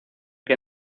que